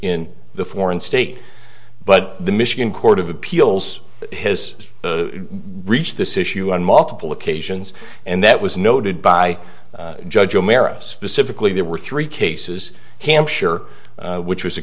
in the foreign state but the michigan court of appeals has reached this issue on multiple occasions and that was noted by judge romero specifically there were three cases hampshire which was a